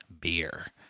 beer